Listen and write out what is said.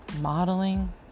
modeling